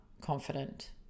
confident